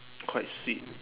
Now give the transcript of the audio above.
quite sweet